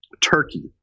Turkey